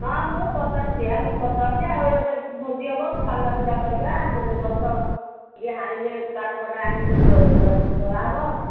ହଁ ମୁଁ ପଚାରୁଛି ବା ମୁଁ ପଚାରୁଛି ଆଉ ଏବେ ଭୋଜି ହବ ଚାନ୍ଦା ଫାନ୍ଦା କରିବା କେଉଁଠି ଗଛ ଟିକେ ହାଣିଲେ ପାଠ ଫାଟ ଆଣିକି ଟିକେ ଜଳା ହବ